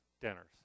Dinners